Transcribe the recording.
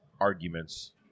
arguments